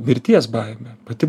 mirties baimė pati